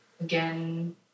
again